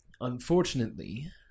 Unfortunately